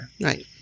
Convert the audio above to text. Right